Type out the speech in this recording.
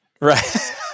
right